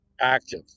active